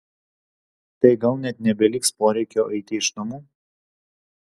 tai gal net nebeliks poreikio eiti iš namų